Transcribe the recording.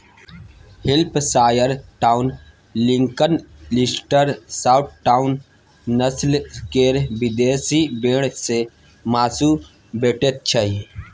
Hampshire Down, Lincoln, Leicester, Southdown, नस्ल केर विदेशी भेंड़ सँ माँसु भेटैत छै